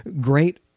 great